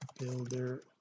builder